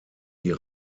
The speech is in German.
die